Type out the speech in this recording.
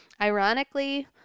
ironically